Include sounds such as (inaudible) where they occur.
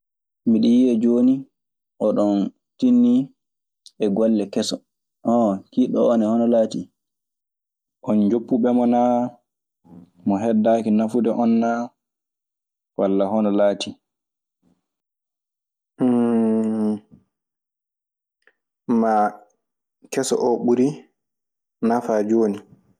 "Miɗe yiya jooni oɗon tinnii e golle kese Unh kiiɗɗo oo ne, hono laatii? On yoppuɓe mo naa? Mo heddaaki nafude on naa? Walla hono laatii?" (hesitation) ma keso o ɓuri nafa jooni?